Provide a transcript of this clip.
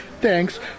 Thanks